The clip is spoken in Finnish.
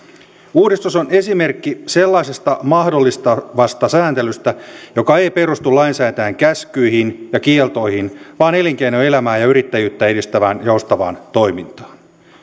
uudistus on esimerkki sellaisesta mahdollistavasta sääntelystä joka ei perustu lainsäätäjän käskyihin ja kieltoihin vaan elinkeinoelämää ja yrittäjyyttä edistävään joustavaan toimintaan